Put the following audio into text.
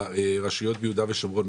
הרשויות ביהודה ושומרון,